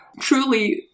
truly